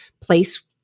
place